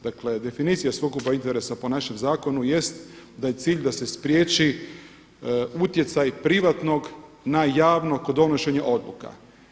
Dakle, definicija sukoba interesa po našem zakonu jest da je cilj da se spriječi utjecaj privatnog na javno kod donošenja odluka.